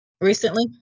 recently